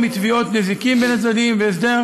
פטור מתביעות נזיקין בין הצדדים והסדר